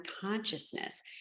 consciousness